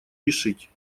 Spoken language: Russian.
решить